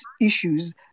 issues